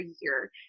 year